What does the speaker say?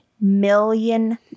million